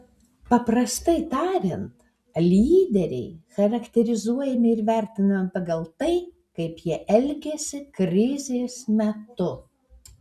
paprastai tariant lyderiai charakterizuojami ir vertinami pagal tai kaip jie elgiasi krizės metu